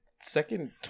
second